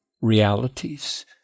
realities